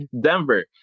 Denver